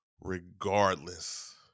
regardless